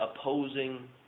opposing